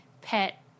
pet